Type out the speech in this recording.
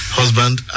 husband